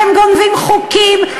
אתם גונבים חוקים,